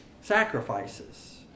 sacrifices